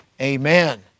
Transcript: Amen